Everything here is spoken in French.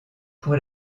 pour